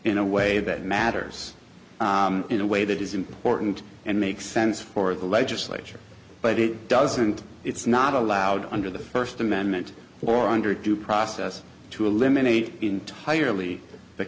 in a way that matters in a way that is important and makes sense for the legislature but it doesn't it's not allowed under the first amendment or under due process to eliminate entirely the